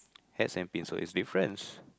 hats and pins it's difference